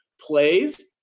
plays